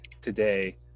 today